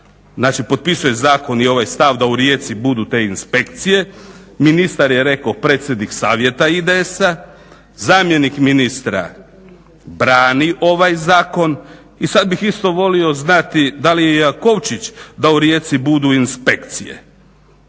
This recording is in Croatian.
znači potpisuje zakon i ovaj stav da u Rijeci budu te inspekcije, ministar je rekao, predsjednik Savjeta IDS-a, zamjenik ministra brani ovaj zakon i sad bih isto volio znati da li je i Jakovčić da u Rijeci budu inspekcije?